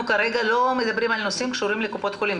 אנחנו כרגע לא מדברים על נושאים שקשורים לקופות החולים,